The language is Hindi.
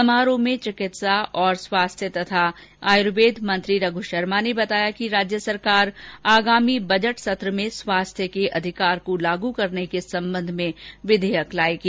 समारोह में राज्य के चिकित्सा स्वास्थ्य और आयर्वेद मंत्री रघ् शर्मा ने बताया कि सरकार आगामी बजट सत्र में स्वास्थ्य के अधिकार को लागू करने के संबंध में विधेयक लाएगी